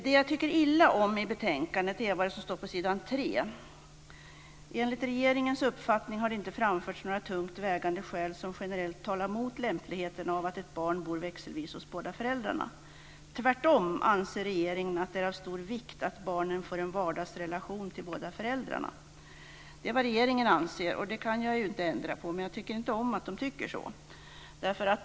Det jag tycker illa om i betänkandet är det som står på s. 3: Enligt regeringens uppfattning har det inte framförts några tungt vägande skäl som generellt talar emot lämpligheten av att barn bor växelvis hos båda föräldrarna. Tvärtom anser regeringen att det är av stor vikt att barnen får en vardagsrelation till båda föräldrarna. Det är vad regeringen anser, och det kan jag ju inte ändra på. Men jag tycker inte om att den tycker så.